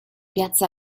piazza